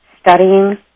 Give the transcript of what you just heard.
Studying